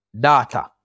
data